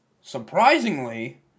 Surprisingly